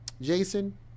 Jason